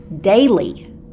daily